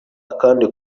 akandi